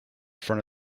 front